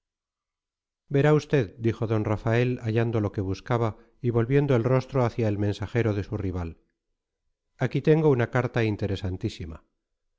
verá usted dijo d rafael hallando lo que buscaba y volviendo el rostro hacia el mensajero de su rival aquí tengo una carta interesantísima